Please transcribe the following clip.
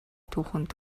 түүхэнд